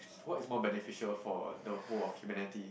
what is more beneficial for the whole of humanity